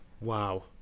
wow